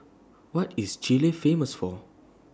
What IS Chile Famous For